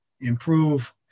improve